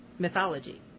Mythology